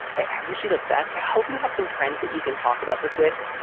i wish you the best, i hope you have some friends that you can talk about this with.